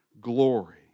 glory